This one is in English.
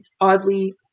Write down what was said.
oddly